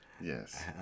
Yes